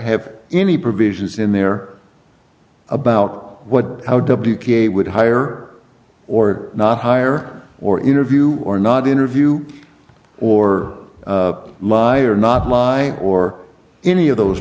have any provisions in there about what you create would hire or not hire or interview or not interview or liar or not lie or any of those